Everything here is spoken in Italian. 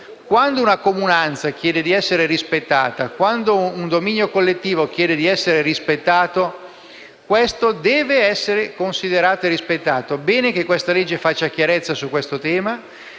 Quando una comunanza chiede di essere rispettata, quando un dominio collettivo chiede di essere rispettato, la sua richiesta deve essere considerata e rispettata. È un bene che questa legge faccia chiarezza su questo tema.